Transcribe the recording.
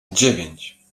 dziewięć